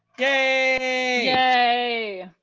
yay!